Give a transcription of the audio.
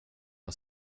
har